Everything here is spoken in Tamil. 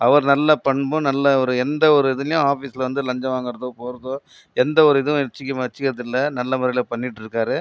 அவர் வந்து நல்ல பண்பும் நல்ல ஒரு எந்த ஒரு இதிலும் ஆஃபீஸில் வந்து லஞ்சம் வாங்குறதோ போகிறதோ எந்த ஒரு இதுவும் வச்சுக்க வச்சுக்கிறது இல்லை நல்ல வழியில் பண்ணிட்டு இருக்கார்